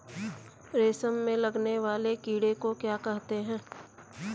रेशम में लगने वाले कीड़े को क्या कहते हैं?